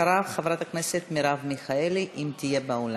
אחריו, חברת הכנסת מרב מיכאלי, אם תהיה באולם.